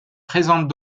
présentent